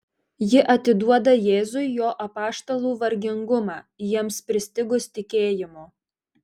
ji atiduoda jėzui jo apaštalų vargingumą jiems pristigus tikėjimo